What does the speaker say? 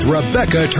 Rebecca